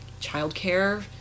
childcare